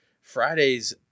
Fridays